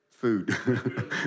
food